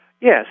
Yes